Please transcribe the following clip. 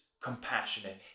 compassionate